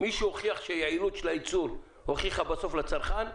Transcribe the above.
מישהו הוכיח שיעילות של הייצור הועילה בסוף לצרכן?